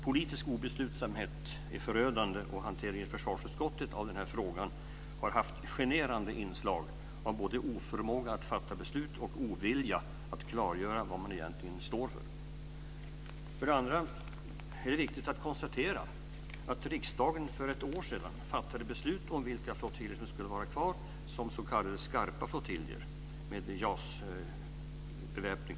Politisk obeslutsamhet är förödande, och hanteringen i försvarsutskottet av denna fråga har haft generande inslag av både oförmåga att fatta beslut och ovilja att klargöra vad man egentligen står för. För det andra är det viktigt att konstatera att riksdagen för ett år sedan fattade beslut om vilka flottiljer som skulle vara kvar som s.k. skarpa flottiljer med JAS-beväpning.